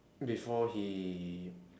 before he